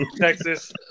Texas